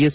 S